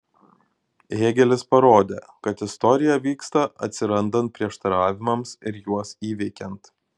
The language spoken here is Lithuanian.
hėgelis parodė kad istorija vyksta atsirandant prieštaravimams ir juos įveikiant